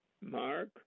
Mark